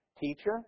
Teacher